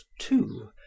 two